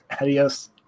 adios